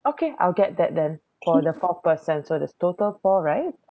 okay I'll get that then for the fourth person so there's total four right